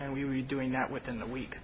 and we were doing that within the week